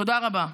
תודה רבה.